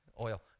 Oil